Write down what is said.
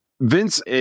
Vince